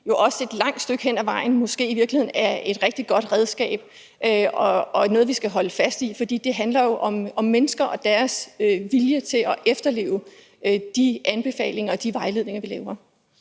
jo også et langt stykke hen ad vejen måske i virkeligheden er et rigtig godt redskab og noget, vi skal holde fast i? For det handler jo om mennesker og deres vilje til at efterleve de anbefalinger og de vejledninger, vi laver.